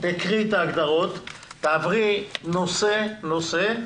תעברי נושא-נושא,